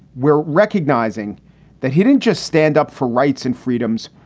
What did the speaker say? we're recognizing that he didn't just stand up for rights and freedoms,